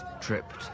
tripped